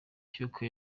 cy’uko